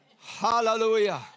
Hallelujah